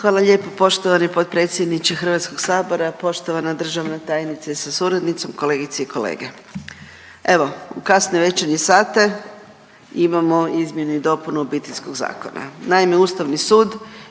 Hvala lijepo poštovani potpredsjedniče HS. Poštovana državna tajnice sa suradnicom, kolegice i kolege, evo u kasne večernje sate imamo izmjenu i dopunu Obiteljskog zakona. Naime, Ustavni sud